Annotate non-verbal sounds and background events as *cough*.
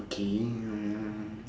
okay *noise*